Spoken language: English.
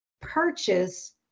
purchase